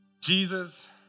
Jesus